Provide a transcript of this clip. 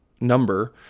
number